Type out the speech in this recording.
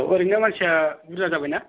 औ ओरैनो मानसिया बुरजा जाबायना